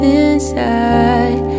inside